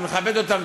צריכים לכבד אותם,